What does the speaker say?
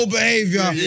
behavior